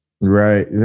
right